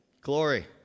Glory